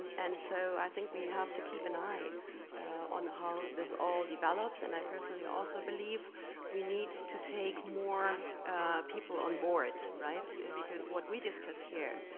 and so i think we have to keep an eye on how this all develops and i personally also believe we need to take more people on board right. because what we discuss here,